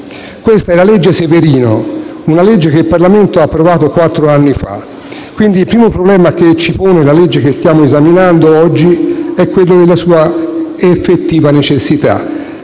Questa è la legge Severino, che il Parlamento ha approvato quattro anni fa. Il primo problema che ci pone il disegno di legge che stiamo esaminando oggi è quello della sua effettiva necessità.